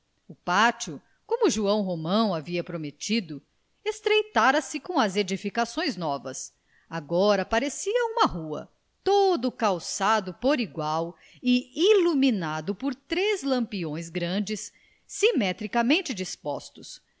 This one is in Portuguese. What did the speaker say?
o pátio como joão romão havia prometido estreitara se com as edificações novas agora parecia uma rua todo calçado por igual e iluminado por três lampiões grandes simetricamente dispostos